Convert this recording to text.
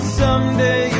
someday